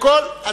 בכל הצדדים.